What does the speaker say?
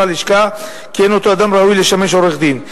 הלשכה כי אין אותו אדם ראוי לשמש עורך-דין.